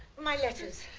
my letters.